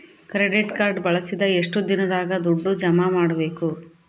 Credit card ಬಳಸಿದ ಎಷ್ಟು ದಿನದಾಗ ದುಡ್ಡು ಜಮಾ ಮಾಡ್ಬೇಕು?